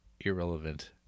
irrelevant